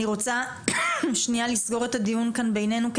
אני רוצה לסגור את הדיון כאן בינינו,